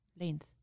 length